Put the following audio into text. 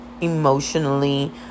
emotionally